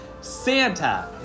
Santa